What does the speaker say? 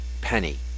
penny